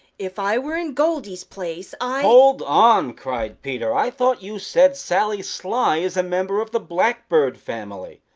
if i were in goldy's place i hold on! cried peter. i thought you said sally sly is a member of the blackbird family.